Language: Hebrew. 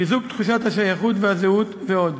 חיזוק תחושת השייכות והזהות ועוד.